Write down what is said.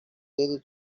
ele